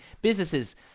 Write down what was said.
businesses